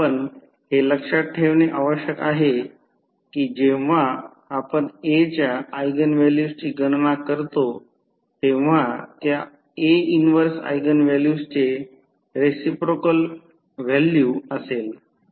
आपण हे लक्षात ठेवणे आवश्यक आहे की जेव्हा आपण A च्या ऎगेन व्हॅल्यूजची गणना करतो तेव्हा त्या A 1 ऎगेन व्हॅल्यूचे रेसिप्रोकेल व्हॅल्यू असेल